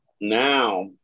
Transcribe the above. Now